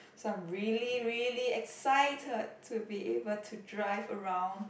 so I'm really really excited to be able to drive around